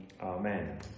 amen